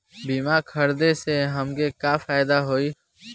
बीमा खरीदे से हमके का फायदा होई?